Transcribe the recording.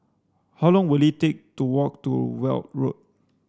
how long will it take to walk to Weld Road